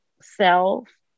self